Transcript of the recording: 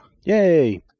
Yay